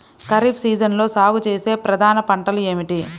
ఖరీఫ్ సీజన్లో సాగుచేసే ప్రధాన పంటలు ఏమిటీ?